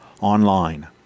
online